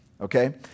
Okay